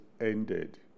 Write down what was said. ended